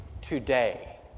today